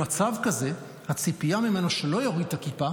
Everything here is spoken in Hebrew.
במצב כזה, הציפייה ממנו שלא יוריד את הכיפה